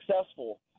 successful